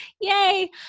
Yay